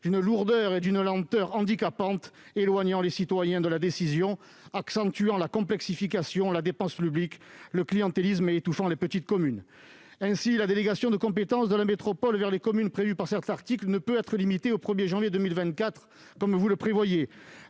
d'une lourdeur et d'une lenteur handicapantes, éloignant les citoyens de la décision, accentuant la complexification, la dépense publique et le clientélisme, et étouffant les petites communes. Ainsi, la délégation de compétences de la métropole vers les communes prévue par cet article ne peut être limitée au 1 janvier 2024 comme vous le prévoyez.